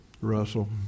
Russell